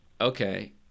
Okay